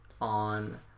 on